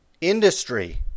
industry